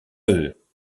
eux